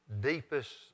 deepest